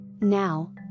Now